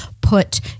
put